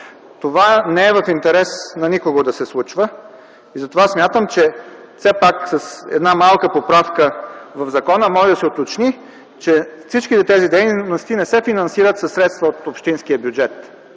Това не е в интерес на никого да се случва. Затова смятам, че все пак с една малка поправка в закона може да се уточни, че всички тези дейности не се финансират със средства от общинския бюджет.